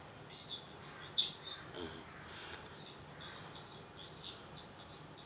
mm